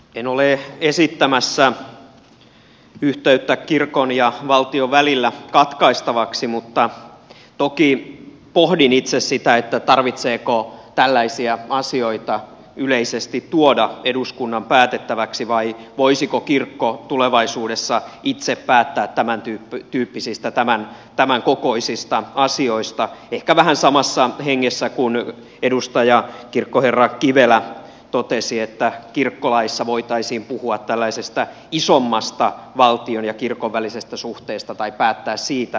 en ole esittämässä yhteyttä kirkon ja valtion välillä katkaistavaksi mutta toki pohdin itse sitä tarvitseeko tällaisia asioita yleisesti tuoda eduskunnan päätettäväksi vai voisiko kirkko tulevaisuudessa itse päättää tämän tyyppisistä tämän kokoisista asioista ehkä vähän samassa hengessä kuin edustaja kirkkoherra kivelä totesi että kirkkolaissa voitaisiin puhua tällaisesta isommasta valtion ja kirkon välisestä suhteesta tai päättää siitä